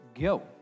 go